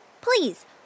Please